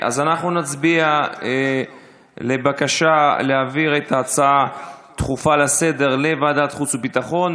נצביע על הבקשה להעביר את ההצעה הדחופה לסדר לוועדת חוץ וביטחון.